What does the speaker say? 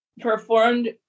performed